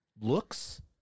looks